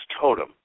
totem